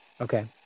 Okay